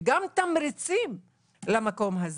וגם תמריצים למקום הזה.